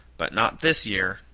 but not this year,